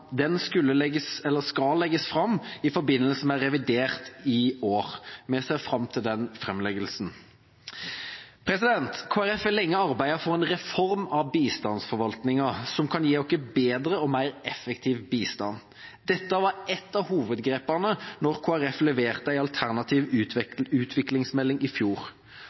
skal legges fram i forbindelse med revidert i år. Vi ser fram til den framleggelsen. Kristelig Folkeparti har lenge arbeidet for en reform av bistandsforvaltningen som kan gi oss bedre og mer effektiv bistand. Dette var et av hovedgrepene da Kristelig Folkeparti leverte en alternativ utviklingsmelding i fjor.